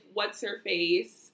What's-Her-Face